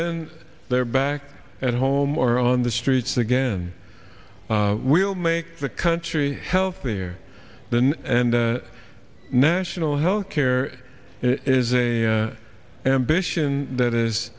then they're back at home or on the streets again will make the country healthier than and the national health care is a ambition that is